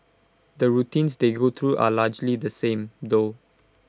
the routines they go through are largely the same though